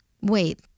Wait